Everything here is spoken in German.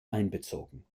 einbezogen